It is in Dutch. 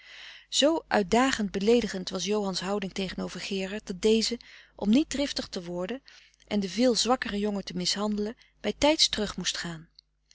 zoo uitdagend beleedigend was johan's houding tegenover gerard dat deze om niet driftig te worden en den veel zwakkeren jongen te mishandelen bij tijds terug moest gaan